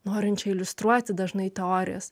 norinčią iliustruoti dažnai teorijas